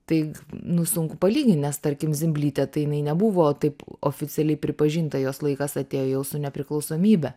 tai nu sunku palygint nes tarkim zimblytė tai jinai nebuvo taip oficialiai pripažinta jos laikas atėjo jau su nepriklausomybe